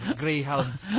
greyhounds